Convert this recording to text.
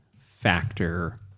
factor